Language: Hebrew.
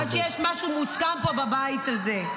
עד שיש משהו מוסכם פה בבית הזה.